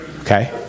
Okay